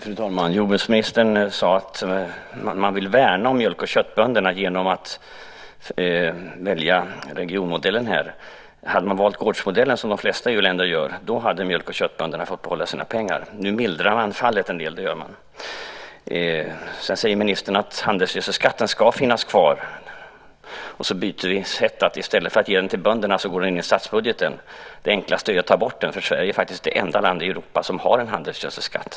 Fru talman! Jordbruksministern sade att man vill värna mjölk och köttbönderna genom att välja regionmodellen. Men hade man valt gårdsmodellen, som de flesta EU-länder gör, hade mjölk och köttbönderna fått behålla sina pengar. Nu mildrar man förvisso fallet en del. Sedan sade ministern att handelsgödselskatten ska finnas kvar. Vi byter sätt. I stället för att ge till bönderna går de pengarna in i statsbudgeten. Men det enklaste är att ta bort den här skatten. Sverige är faktiskt det enda landet i Europa som har handelsgödselskatt.